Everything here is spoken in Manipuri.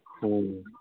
ꯑꯣ